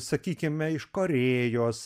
sakykime iš korėjos